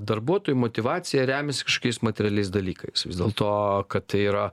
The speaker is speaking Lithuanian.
darbuotojų motyvacija remiasi kažkokiais materialiais dalykais vis dėl to kad tai yra